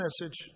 message